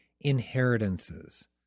inheritances